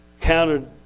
counted